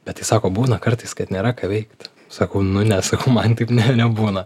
bet tai sako būna kartais kad nėra ką veikt sakau nu ne sakau man taip ne nebūna